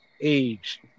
age